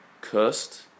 cursed